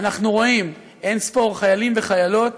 אנחנו רואים אין-ספור חיילים וחיילות